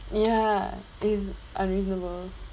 ya it's unreasonable